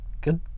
good